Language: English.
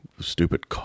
Stupid